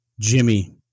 jimmy